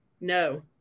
No